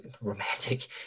Romantic